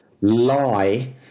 lie